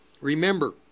remember